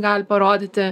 gali parodyti